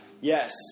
Yes